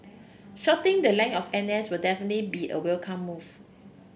shortening the length of N S will definitely be a welcome move